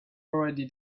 already